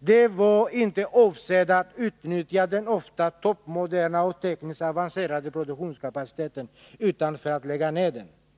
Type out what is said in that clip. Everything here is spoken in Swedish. Pengarna var inte avsedda för att utnyttja den ofta toppmoderna och tekniskt avancerade produktionskapaciteten utan för att lägga ned verksamheten.